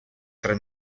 tre